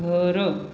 घर